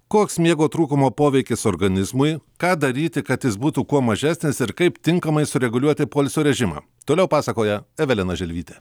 koks miego trūkumo poveikis organizmui ką daryti kad jis būtų kuo mažesnis ir kaip tinkamai sureguliuoti poilsio režimą toliau pasakoja evelina želvytė